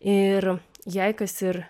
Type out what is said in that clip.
ir jei kas ir